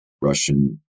Russian